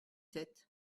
sept